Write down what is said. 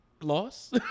Loss